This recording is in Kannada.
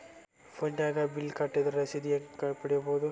ಫೋನಿನಾಗ ಬಿಲ್ ಕಟ್ಟದ್ರ ರಶೇದಿ ಹೆಂಗ್ ಪಡೆಯೋದು?